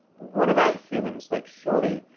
what about humans? like, surely.